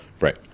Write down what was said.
Right